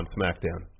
SmackDown